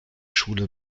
schule